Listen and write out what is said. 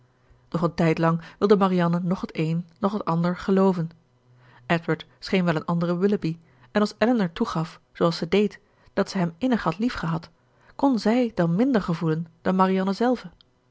doch een tijdlang wilde marianne noch het een noch het ander gelooven edward scheen wel een andere willoughby en als elinor toegaf zooals ze deed dat zij hem innig had liefgehad kon zij dan minder gevoelen dan marianne zelve